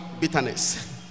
Bitterness